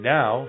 now